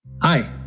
Hi